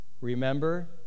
remember